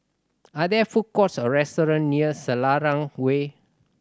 are there food courts or restaurant near Selarang Way